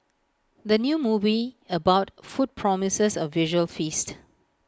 the new movie about food promises A visual feast